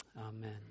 amen